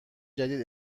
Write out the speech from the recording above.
جدید